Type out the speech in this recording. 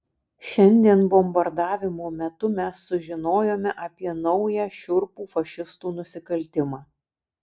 šiandien bombardavimo metu mes sužinojome apie naują šiurpų fašistų nusikaltimą